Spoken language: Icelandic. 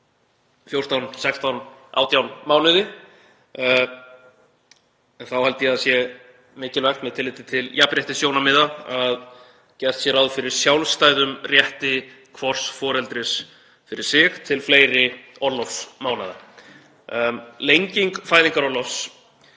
14, 16 eða 18 mánuði, en þá held ég að það sé mikilvægt með tilliti til jafnréttissjónarmiða að gert sé ráð fyrir sjálfstæðum rétti hvors foreldris fyrir sig til fleiri orlofsmánaða. Lenging fæðingarorlofs